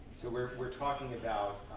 we're we're talking about